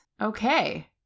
Okay